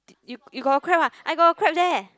you you got a crab ah I got a crab leh